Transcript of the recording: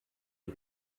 die